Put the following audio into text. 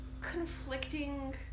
conflicting